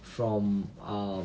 from um